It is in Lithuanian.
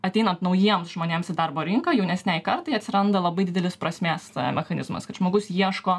ateinant naujiems žmonėms į darbo rinką jaunesnei kartai atsiranda labai didelis prasmės mechanizmas kad žmogus ieško